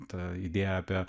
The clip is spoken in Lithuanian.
ta idėja apie